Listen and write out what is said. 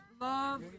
love